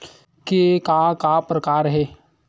के का का प्रकार हे?